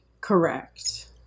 Correct